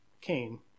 Cain